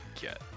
get